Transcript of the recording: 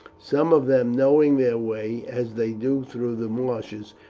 some of them, knowing their way as they do through the marshes,